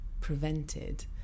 prevented